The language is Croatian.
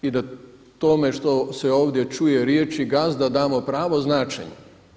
I da tome što se ovdje čuje riječi gazda damo pravo značenje.